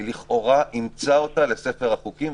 היא לכאורה אימצה אותה לספר החוקים,